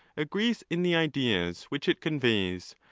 agrees in the ideas which it conveys,